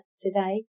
today